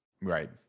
Right